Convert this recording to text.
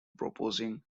proposing